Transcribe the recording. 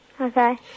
Okay